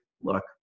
look